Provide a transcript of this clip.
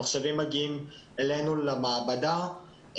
המחשבים מגיעים אלינו למעבדה,